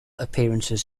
appearances